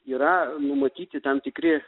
yra numatyti tam tikri